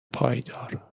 پایدار